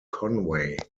conway